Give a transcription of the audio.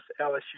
LSU